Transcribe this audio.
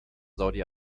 saudi